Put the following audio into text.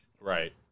right